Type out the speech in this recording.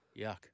Yuck